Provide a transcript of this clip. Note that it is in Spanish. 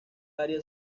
área